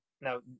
Now